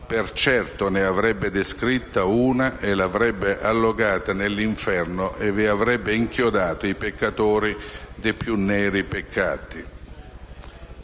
per certo ne avrebbe descritta una e l'avrebbe allogata nell'inferno e vi avrebbe inchiodato i peccatori de' più neri peccati».